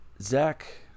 Zach